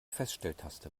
feststelltaste